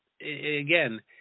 again